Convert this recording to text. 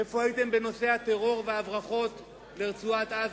איפה הייתם בנושא הטרור וההברחות לרצועת-עזה?